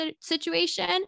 situation